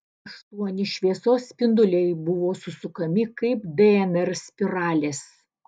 aštuoni šviesos spinduliai buvo susukami kaip dnr spiralės